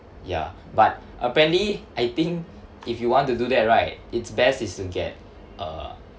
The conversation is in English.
ya but apparently I think if you want to do that right it's best is to get uh